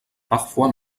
parfois